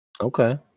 Okay